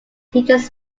teaches